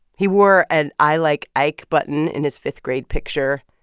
he wore an i like ike button in his fifth grade picture.